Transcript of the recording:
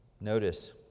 notice